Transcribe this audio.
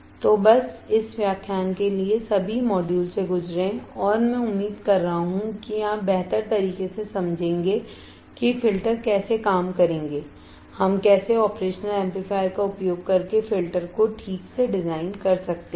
तो बस इस व्याख्यान के लिए सभी मॉड्यूल से गुजरें और मैं उम्मीद कर रहा हूं कि आप बेहतर तरीके से समझेंगे कि फिल्टर कैसे काम करेंगे और हम कैसे ऑपरेशनल एम्पलीफायर का उपयोग करके फ़िल्टर को ठीक से डिज़ाइन कर सकते हैं